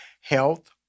health